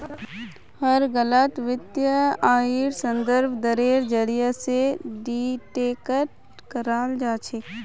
हर गलत वित्तीय आइर संदर्भ दरेर जरीये स डिटेक्ट कराल जा छेक